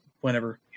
whenever